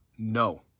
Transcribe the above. No